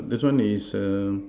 this one is err